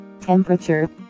temperature